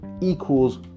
equals